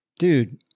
dude